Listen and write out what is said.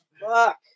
Fuck